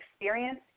experience